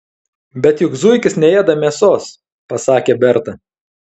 bet juk zuikis neėda mėsos pasakė berta